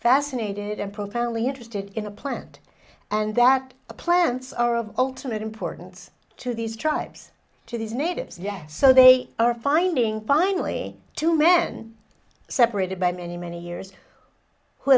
fascinated and profoundly interested in the plant and that plants are of ultimate importance to these tribes to these natives yet so they are finding finally two men separated by many many years who